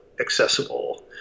accessible